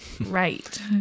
right